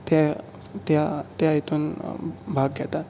ते ते त्या इतून भाग घेतात